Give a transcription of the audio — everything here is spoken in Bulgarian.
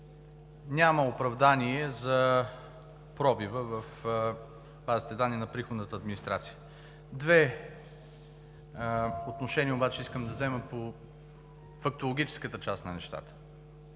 няма оправдание за пробива в базата данни на приходната администрация. Отношение обаче искам да взема по фактологическата част на нещата.